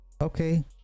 Okay